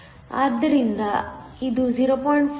ಆದ್ದರಿಂದ ಇದು 0